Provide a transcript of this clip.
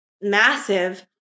massive